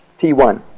T1